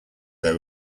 there